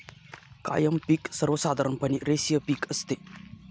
कायम पिक सर्वसाधारणपणे रेषीय पिक असते